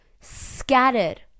scattered